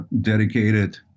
dedicated